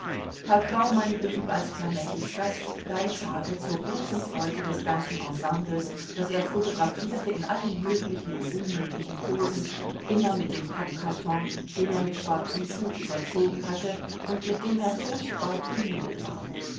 herr graumann blieb als flamettis gast drei tage zur großen freude des ganzen ensembles das er photographierte in allen möglichen und unmöglichen posen immer mit dem pappkarton den er mit schwarzem tuch überzogen hatte und mit dem er furchtbar penibel war